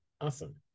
awesome